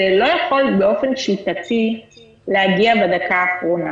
זה לא יכול להגיע בדקה האחרונה